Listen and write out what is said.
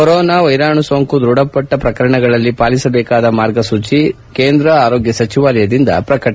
corona ವೈರಾಣು ಸೋಂಕು ದೃಢ ಪ್ರಕರಣಗಳಲ್ಲಿ ಪಾಲಿಸಬೇಕಾದ ಮಾರ್ಗಸೂಚಿ ಕೇಂದ್ರ ಆರೋಗ್ಯ ಸಚಿವಾಲಯದಿಂದ ಪ್ರಕಟ